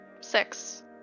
Six